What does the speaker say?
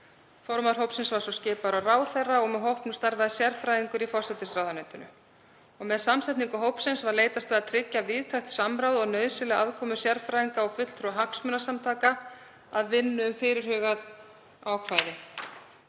Formaður hópsins var skipaður af ráðherra og með hópnum starfaði sérfræðingur í forsætisráðuneytinu. Með samsetningu hópsins var leitast við að tryggja víðtækt samráð og nauðsynlega aðkomu sérfræðinga og fulltrúa hagsmunasamtaka að vinnu um fyrirhugað ákvæði.